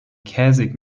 käsig